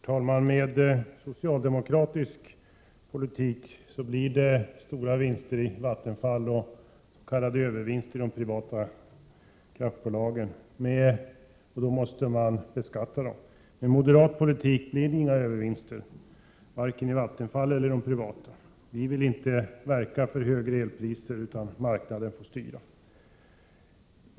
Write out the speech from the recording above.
Herr talman! Med socialdemokratisk politik blir det stora vinster i Vattenfall och s.k. övervinster i de privata kraftbolagen, vinster som måste beskattas. Med moderat politik blir det inga övervinster i vare sig Vattenfall eller de privata företagen. Vi vill inte verka för högre elpriser utan vill låta marknaden styra. Herr talman!